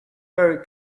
very